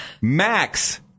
Max